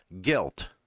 guilt